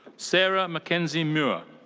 sarah mckenzie muir.